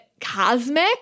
cosmic